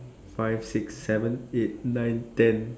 five six seven eight nine ten